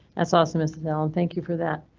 that's awesome isabel. and thank you for that.